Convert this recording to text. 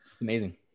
Amazing